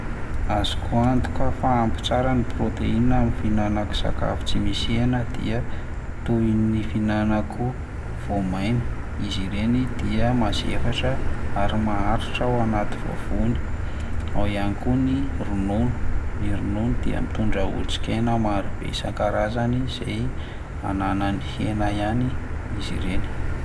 Azoko antoka fa ampy tsara ny proteinina amin'ny fihinanako sakafo tsy misy hena dia toy ny fihinanako voamaina, izy ireny dia mazefatra ary maharitra ao anaty vavony, ao ihany koa ny ronono, ny ronono dia mitondra otrikaina marobe isan-karazany zay ananan'ny hena ihany izy ireny.